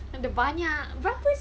ada banyak